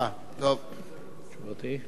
דרך אגב,